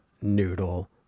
noodle